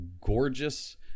gorgeous